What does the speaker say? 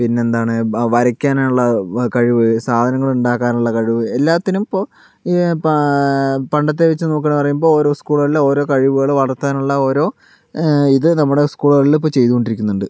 പിന്നെന്താണ് വരക്കാനുള്ള കഴിവ് സാധനങ്ങൾ ഉണ്ടാക്കാനുള്ള കഴിവ് എല്ലാത്തിനും ഇപ്പോൾ ഈ പാ പണ്ടത്തെ വെച്ച് നോക്കുകയാണെന്ന് പറയുമ്പൊൾ ഓരോ സ്കൂളുകളിൽ ഓരോ കഴിവുകൾ വളർത്താനുള്ള ഓരോ ഇത് നമ്മുടെ സ്ക്കൂളുകളിൽ ഇപ്പോൾ ചെയ്ത് കൊണ്ടിരിക്കുന്നുണ്ട്